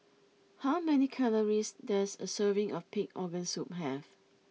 how many calories does a serving of Pig Organ Soup have